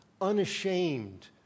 unashamed